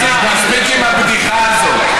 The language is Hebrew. איציק, מספיק עם הבדיחה הזאת.